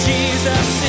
Jesus